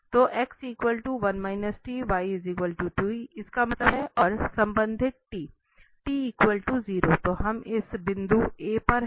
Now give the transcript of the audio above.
तो x 1 t y t इसका मतलब है और संबंधित t t 0 तो हम इस बिंदु A पर हैं क्योंकि100 और फिर t 1